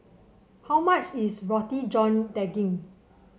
how much is Roti John Daging